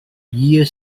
year